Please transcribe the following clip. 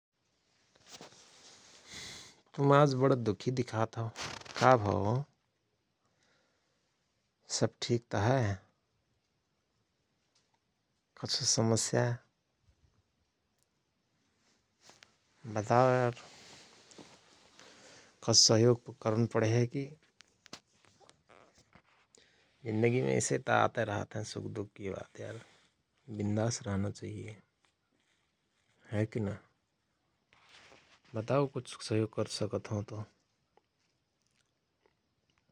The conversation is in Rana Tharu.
तुम आज बण दुःखि दिखात हओ । का भओ हो? सव ठिक त हय? कछु समस्या? बताओ यार । कछु सहयोग करन पणेहय कि? जिन्दगिमे ऐसेत आतय रहत हयं सुख दुख कि बात यार । विन्दास रहना चहिय हय कि ना? बताओ कुछ सहयोग करसकत हओं तओ ।